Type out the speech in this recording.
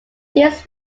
these